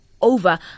over